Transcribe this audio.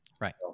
Right